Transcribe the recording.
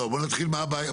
לא, בואו נתחיל במה הבעיה.